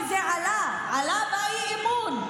וזה עלה, עלה באי-אמון.